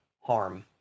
harm